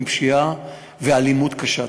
עם פשיעה ואלימות קשה.